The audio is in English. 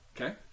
Okay